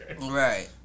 Right